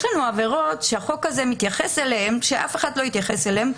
יש לנו עבירות שהחוק הזה מתייחס אליהן שאף אחד לא התייחס אליהן.